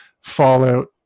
fallout